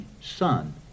Son